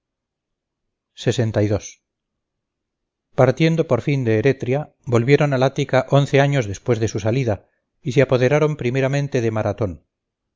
a la expedición partiendo por fin de eretria volvieron al ática once años después de su salida y se apoderaron primeramente de maratón